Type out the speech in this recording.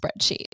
spreadsheet